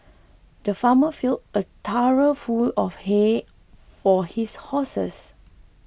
the farmer filled a trough full of hay for his horses